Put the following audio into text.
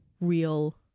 real